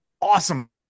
awesome